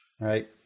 right